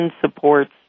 supports